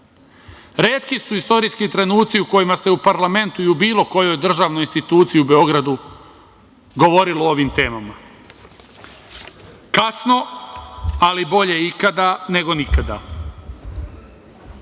Retki su istorijski trenuci u kojima se u parlamentu i u bilo kojoj državnoj instituciji u Beogradu govorilo o ovim temama. Kasno, ali bolje ikada nego nikada.